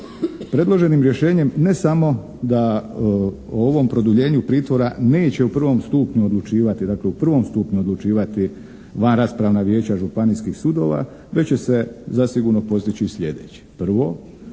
Predloženim rješenjem ne samo da o ovom produljenju pritvora neće u prvom stupnju odlučivati, dakle u prvom stupnju odlučivati dva raspravna vijeća županijskih sudova već će se zasigurno postići sljedeće: